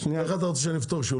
איך אתה רוצה שאני אפתור?